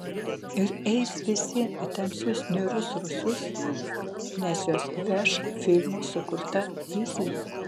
ir eis visi į tamsius niūrius rūsius nes juos veš filmų sukurta vizija